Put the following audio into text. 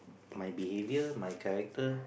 my behaviour my character